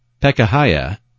Pekahiah